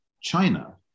China